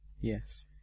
Yes